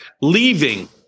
leaving